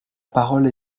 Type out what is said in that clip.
parole